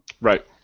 Right